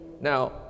now